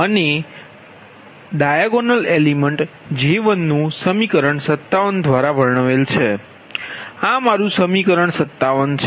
અને વિકર્ણ તત્વ J1 નુ સમીકરણ 57 દ્વારા વર્ણવેલ છે આ મારું સમીકરણ 57 છે